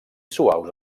suaus